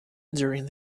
during